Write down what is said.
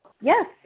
yes